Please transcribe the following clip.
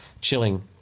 chilling